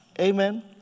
amen